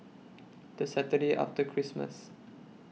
The Saturday after Christmas